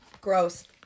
Gross